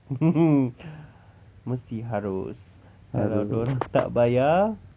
mesti harus kalau dia orang tak bayar